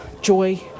joy